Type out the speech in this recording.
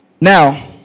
Now